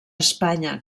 espanya